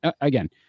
again